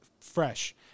fresh